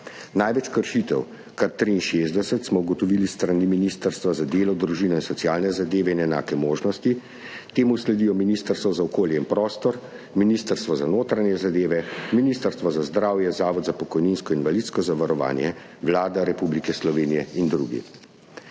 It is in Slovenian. Največ kršitev, kar 63, smo ugotovili s strani Ministrstva za delo, družino, socialne zadeve in enake možnosti, temu sledijo Ministrstvo za okolje in prostor, Ministrstvo za notranje zadeve, Ministrstvo za zdravje, Zavod za pokojninsko in invalidsko zavarovanje, Vlada Republike Slovenije in drugi.